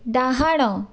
ଡାହାଣ